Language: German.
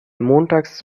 montags